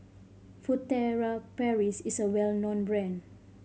Furtere Paris is a well known brand